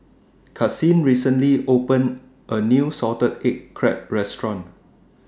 Karsyn recently opened A New Salted Egg Crab Restaurant